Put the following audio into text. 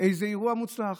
איזה אירוע מוצלח.